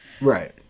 right